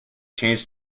changed